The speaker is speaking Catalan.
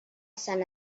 sant